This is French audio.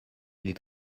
les